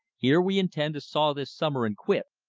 here we intend to saw this summer and quit.